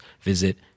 visit